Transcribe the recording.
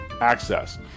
access